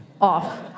off